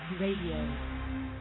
Radio